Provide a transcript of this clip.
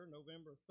November